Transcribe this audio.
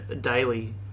daily